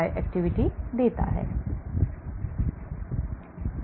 तब हम आणविक नकल कर सकते हैं हम अणुओं को संरेखित कर सकते हैं